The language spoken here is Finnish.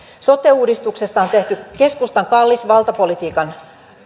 sote uudistuksesta on tehty keskustan kallis valtapolitiikan